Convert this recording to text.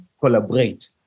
collaborate